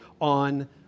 on